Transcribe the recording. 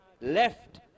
left